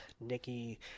nikki